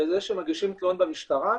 בזה שמגישים תלונות במשטרה,